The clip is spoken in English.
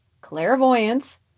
Clairvoyance